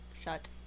shut